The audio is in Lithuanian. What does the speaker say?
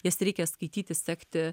jas reikia skaityti sekti